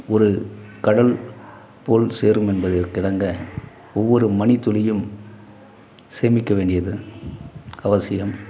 ஒரு கடல் போல் சேரும் என்பதற்கினங்க ஒவ்வொரு மணித்துளியும் சேமிக்க வேண்டியது அவசியம்